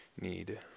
need